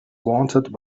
wanted